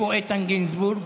איפה איתן גינזבורג?